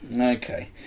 Okay